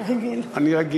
אתה רגיל.